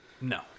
No